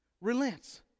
relents